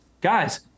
guys